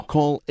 Call